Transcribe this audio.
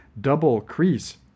double-crease